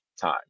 time